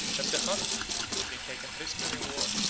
that the huns, who had been taken prisoner in war,